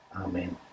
Amen